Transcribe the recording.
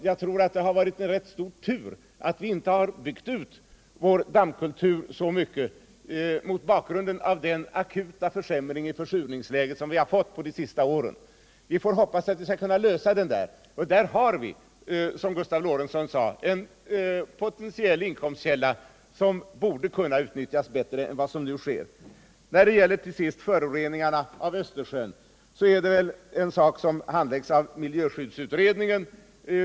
Jag tror att det varit rätt stor tur att vi inte har byggt ut vår dammkultur så mycket med tanke just på den akuta försämring av försurningsläget som uppstått under de senaste åren. Vi får hoppas att vi skall kunna lösa problemet. Här har vi. som Gustav Lorentzon sade, en potentiell inkomstkälla som borde kunna utnyttjas bättre än vad som nu sker. När det ill sist gäller föroreningarna i Östersjön är det väl något som handläggs av miljöskyddsutredningen.